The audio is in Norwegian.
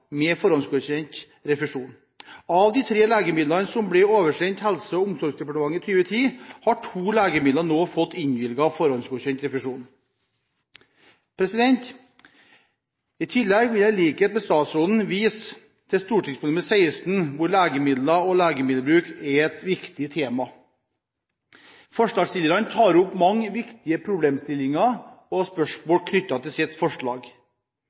med forhåndsgodkjent refusjon. Av de tre legemidlene som ble oversendt Helse- og omsorgsdepartementet i 2010, har to legemidler nå fått innvilget forhåndsgodkjent refusjon. I tillegg vil jeg i likhet med statsråden vise til Meld. St. 16 for 2010–2011, der legemidler og legemiddelbruk er viktige tema. Forslagsstillerne tar opp mange viktige problemstillinger og spørsmål knyttet til sitt forslag.